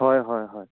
হয় হয় হয়